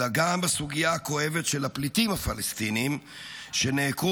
אלא גם בסוגיה הכואבת של הפליטים הפלסטינים שנעקרו